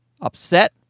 upset